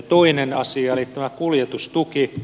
toinen asia eli tämä kuljetustuki